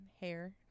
hair